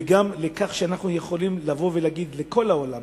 וגם לכך שאנחנו יכולים לבוא ולהגיד לכל העולם,